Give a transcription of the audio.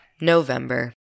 November